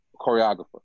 choreographer